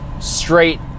straight